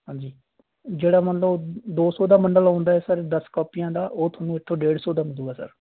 ਹਾਂਜੀ ਜਿਹੜਾ ਮੰਨ ਲਓ ਦੋ ਸੌ ਦਾ ਬੰਡਲ ਆਉਂਦਾ ਸਰ ਦਸ ਕਾਪੀਆਂ ਦਾ ਉਹ ਤੁਹਾਨੂੰ ਇੱਥੋਂ ਡੇਢ ਸੌ ਦਾ ਮਿਲੂਗਾ ਸਰ